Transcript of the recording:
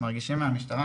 מרגישים כך מהמשטרה,